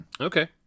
Okay